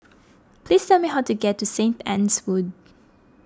please tell me how to get to Saint Anne's Wood